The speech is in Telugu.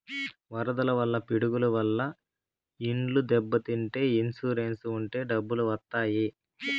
వరదల వల్ల పిడుగుల వల్ల ఇండ్లు దెబ్బతింటే ఇన్సూరెన్స్ ఉంటే డబ్బులు వత్తాయి